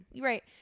right